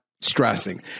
stressing